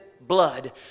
blood